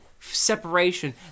separation